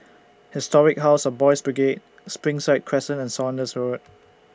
Historic House of Boys' Brigade Springside Crescent and Saunders Road